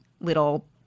little